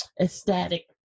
ecstatic